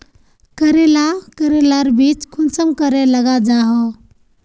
करेला करेलार बीज कुंसम करे लगा जाहा?